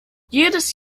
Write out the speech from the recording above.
jedes